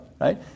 right